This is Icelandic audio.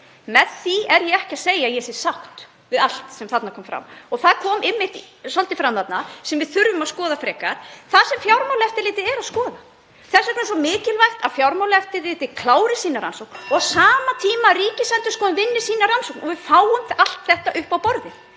Með því er ég ekki að segja að ég sé sátt við allt sem þarna kom fram. Það kom einmitt svolítið fram þarna sem við þurfum að skoða frekar, það sem Fjármálaeftirlitið er að skoða. Þess vegna er svo mikilvægt að Fjármálaeftirlitið klári sínar rannsóknir (Forseti hringir.) og á sama tíma að Ríkisendurskoðun vinni sína rannsókn og við fáum allt þetta upp á borðið.